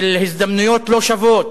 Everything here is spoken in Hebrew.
של הזדמנויות לא שוות,